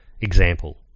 Example